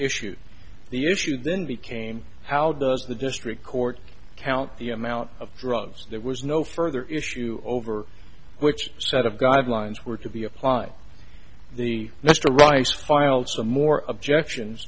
issued the issue then became how does the district court count the amount of drugs there was no further issue over which set of guidelines were to be applied the mr rice filed some more objections